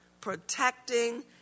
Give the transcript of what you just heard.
protecting